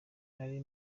nari